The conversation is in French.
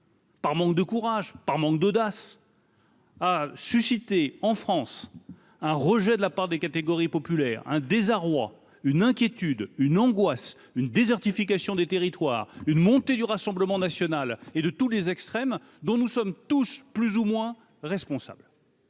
Par manque de courage, par manque d'audace. Ah suscité en France un rejet de la part des catégories populaires, un désarroi, une inquiétude, une angoisse, une désertification des territoires une montée du Rassemblement national et de tous les extrêmes, dont nous sommes tous plus ou moins responsable.